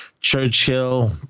Churchill